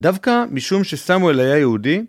דווקא משום שסמואל היה יהודי